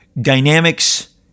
Dynamics